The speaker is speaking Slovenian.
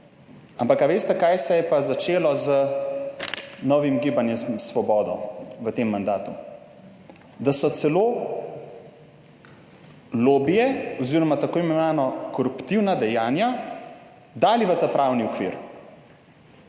ampak, a veste kaj se je pa začelo z novim Gibanjem Svobodo v tem mandatu? Da so celo lobije oz. t. i. koruptivna dejanja dali v ta pravni okvir.